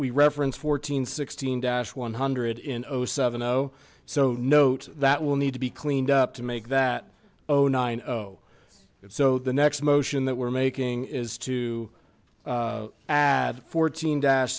we reference fourteen sixteen dash one hundred in zero seven zero so note that will need to be cleaned up to make that oh nine oh it's so the next motion that we're making is to add fourteen dash